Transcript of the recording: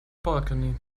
balcony